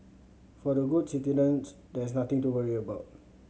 for the good citizens there is nothing to worry about